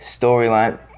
storyline